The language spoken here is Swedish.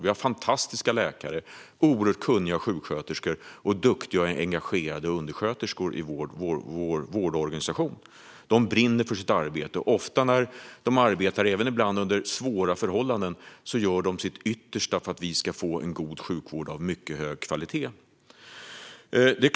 Vi har fantastiska läkare, oerhört kunniga sjuksköterskor och duktiga och engagerade undersköterskor i vår vårdorganisation. De brinner för sitt arbete, och även när de ibland arbetar under svåra förhållanden gör de sitt yttersta för att vi ska få en sjukvård av mycket hög kvalitet.